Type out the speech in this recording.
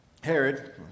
Herod